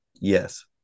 Yes